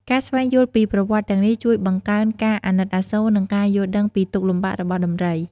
ការស្វែងយល់ពីប្រវត្តិទាំងនេះជួយបង្កើនការអាណិតអាសូរ និងការយល់ដឹងពីទុក្ខលំបាករបស់ដំរី។